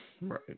Right